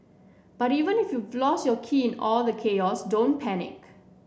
but even if you you've lost your key all the chaos don't panic